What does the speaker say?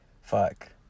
fuck